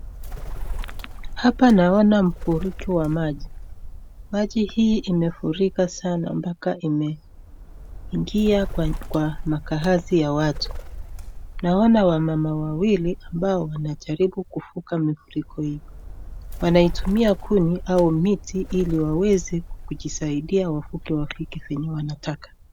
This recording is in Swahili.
Hapa naona mfuriko wa maji. Maji hii imefurika sana mpaka imeingia kwa makahazi ya watu. Naona wamama wawili ambao wanajaribu kuvuka mifuriko hii. Wanaitumia kuni au miti ili waweze kujisaidia wavuke wafike penye wanataka.